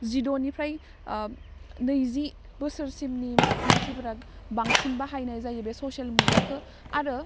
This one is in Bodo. जिद'निफ्राय नैजि बोसोरसिमनि मानसिफ्रा बांसिन बाहायनाय जायो बे ससेल मुगाखो आरो